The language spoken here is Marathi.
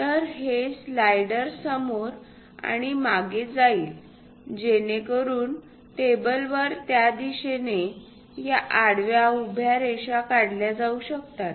तर हे स्लाइडर समोर आणि मागे जाईल जेणेकरून टेबलवर त्या दिशेने या आडव्या उभ्या रेषा काढल्या जाऊ शकतात